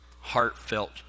heartfelt